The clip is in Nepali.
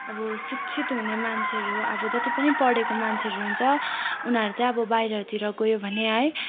अब शिक्षित हुने मान्छेहरू अब जति पनि पढेको मान्छेहरू हुन्छ उनीहरू चाहिँ अब बाहिरतिर गयो भने है